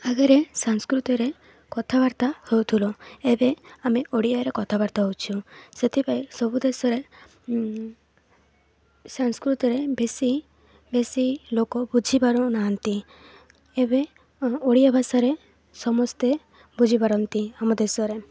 ଆଗରେ ସଂସ୍କୃତରେ କଥାବାର୍ତ୍ତା ହେଉଥିଲୁ ଏବେ ଆମେ ଓଡ଼ିଆରେ କଥାବାର୍ତ୍ତା ହଉଛୁ ସେଥିପାଇଁ ସବୁ ଦେଶରେ ସଂସ୍କୃତରେ ବେଶୀ ବେଶୀ ଲୋକ ବୁଝିପାରୁନାହାନ୍ତି ଏବେ ଓଡ଼ିଆ ଭାଷାରେ ସମସ୍ତେ ବୁଝିପାରନ୍ତି ଆମ ଦେଶରେ